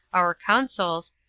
our consuls,